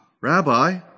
Rabbi